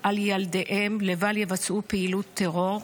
על ילדיהם לבל יבצעו פעילות טרור,